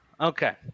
Okay